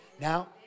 Now